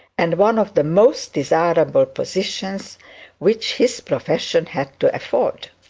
and one of the most desirable positions which his profession had to afford!